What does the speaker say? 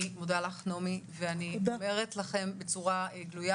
אני מודה לך ואני אומרת לכם בצורה גלויה,